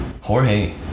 jorge